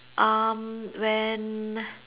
um when